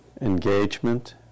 engagement